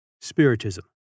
spiritism